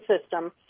system